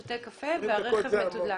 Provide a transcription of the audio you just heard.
שותה קפה והרכב מתודלק.